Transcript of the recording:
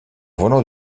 volant